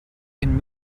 can